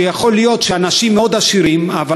שיכול להיות שאנשים עשירים מאוד,